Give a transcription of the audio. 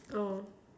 oh